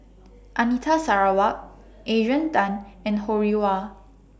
Anita Sarawak Adrian Tan and Ho Rih Hwa